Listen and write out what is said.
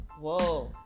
whoa